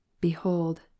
Behold